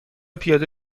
پیاده